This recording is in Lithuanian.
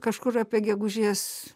kažkur apie gegužės